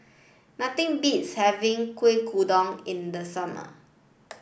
nothing beats having Kueh Kodok in the summer